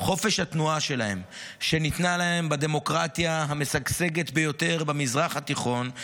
חופש התנועה שלהם שניתן להם בדמוקרטיה המשגשגת ביותר במזרח התיכון,